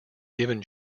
given